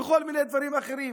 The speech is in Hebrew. וכל מיני דברים אחרים.